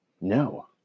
No